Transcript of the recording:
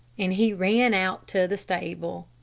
and he ran out to the stable.